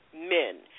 men